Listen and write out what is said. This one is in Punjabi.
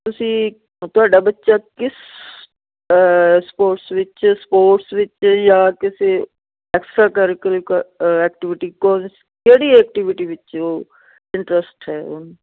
ਤੁਸੀਂ ਤੁਹਾਡਾ ਬੱਚਾ ਕਿਸ ਸਪੋਰਟਸ ਵਿੱਚ ਸਪੋਰਟਸ ਵਿੱਚ ਜਾਂ ਕਿਸੇ ਐਕਸਟਰਾ ਕਰੀਕੂਲਰ ਐਕਟੀਵਿਟੀ ਕੋਰਸ ਕਿਹੜੀ ਐਕਟੀਵਿਟੀ ਵਿੱਚ ਉਹ ਇੰਟਰਸਟ ਹੈ ਉਹਨੂੰ